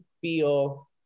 feel